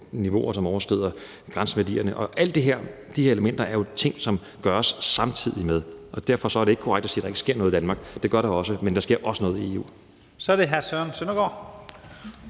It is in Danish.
niveauer, som overskrider grænseværdierne. Og alle de elementer er jo ting, som gøres samtidig. Derfor er det ikke korrekt at sige, at der ikke sker noget i Danmark. Det gør der, men der sker også noget i EU. Kl. 12:50 Første næstformand